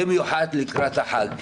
במיוחד לקראת החג.